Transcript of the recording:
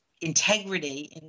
integrity